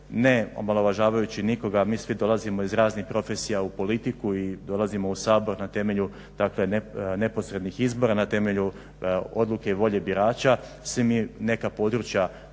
ne omalovažavajući nikoga mi svi dolazimo iz raznih profesija u politiku i dolazimo u Sabor na temelju dakle neposrednih izbora na temelju odluke i volje birača, svi mi neka područja